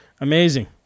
Amazing